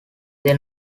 they